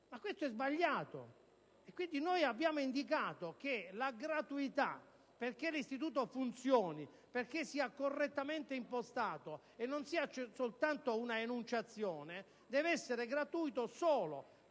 Ma questo è sbagliato. Per questo abbiamo indicato che la gratuità, perché l'istituto funzioni, perché sia correttamente impostato e non sia soltanto un'enunciazione, deve valere solo